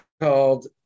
called